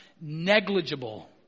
negligible